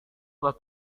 telah